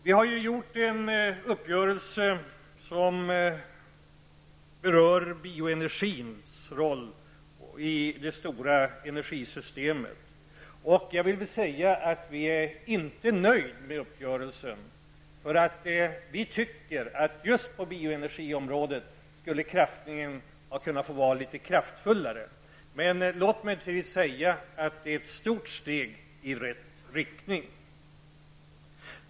Vi har gjort en uppgörelse som berör bioenergins roll i det stora energisystemet. Vi är inte nöjda med uppgörelsen. Vi tycker nämligen att på just bioenergiområdet skulle satsningen ha kunnat vara litet kraftfullare. Det är dock ett stort steg i rätt riktning.